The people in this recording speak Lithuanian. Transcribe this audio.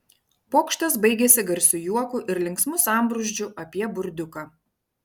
pokštas baigėsi garsiu juoku ir linksmu sambrūzdžiu apie burdiuką